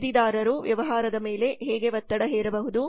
ಖರೀದಿದಾರರು ವ್ಯವಹಾರದ ಮೇಲೆ ಹೇಗೆ ಒತ್ತಡ ಹೇರಬಹುದು